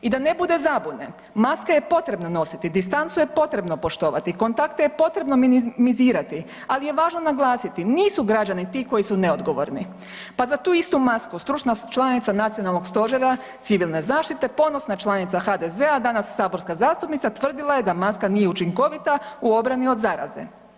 I da ne bude zabune, maske je potrebno nositi, distancu je potrebno poštovati, kontakte je potrebno minimizirati ali je glavno naglasiti nisu građani ti koji su neodgovorni, pa za tu istu masku stručna članica nacionalnog stožera civilne zaštite, ponosna članica HDZ-a, danas saborska zastupnica tvrdila je da maska nije učinkovita u obrani od zaraze.